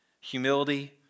humility